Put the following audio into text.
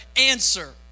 answer